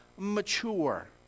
mature